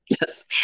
Yes